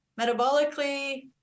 Metabolically